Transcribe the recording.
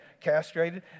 castrated